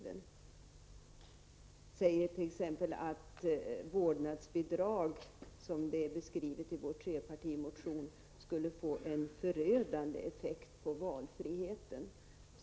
Hon säger t.ex. att vårdnadsbidraget, såsom det är beskrivet i vår trepartimotion skulle få en förödande effekt på valfriheten.